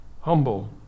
humble